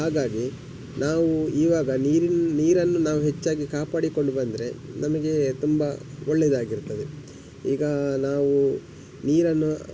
ಹಾಗಾಗಿ ನಾವು ಇವಾಗ ನೀರು ನೀರನ್ನು ನಾವು ಹೆಚ್ಚಾಗಿ ಕಾಪಾಡಿಕೊಂಡು ಬಂದ್ರೆ ನಮಗೆ ತುಂಬ ಒಳ್ಳೆಯದಾಗಿರ್ತದೆ ಈಗ ನಾವು ನೀರನ್ನು